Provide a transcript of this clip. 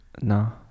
no